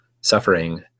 suffering